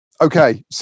Okay